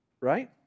right